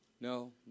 No